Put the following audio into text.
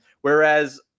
whereas